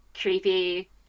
creepy